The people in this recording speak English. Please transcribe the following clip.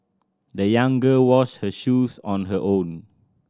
the young girl washed her shoes on her own